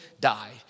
die